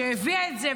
שהביאה את זה,